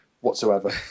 Whatsoever